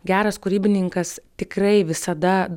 geras kūrybininkas tikrai visada